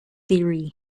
theory